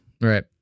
right